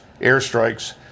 airstrikes